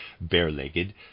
bare-legged